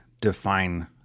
define